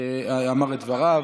כשאמר את דבריו.